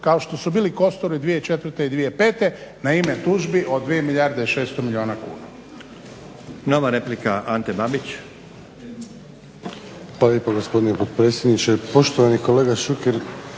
kao što su bili kosturi 2004., 2005.na ime tužbi od 2 milijarde i 600 milijuna kuna.